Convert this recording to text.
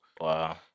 Wow